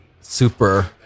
super